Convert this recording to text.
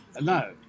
No